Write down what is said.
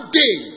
day